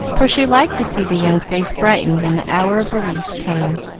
for she liked to see the young face brighten when the hour of release came.